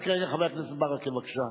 חבר הכנסת ברכה, בבקשה.